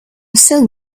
still